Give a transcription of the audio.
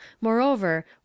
moreover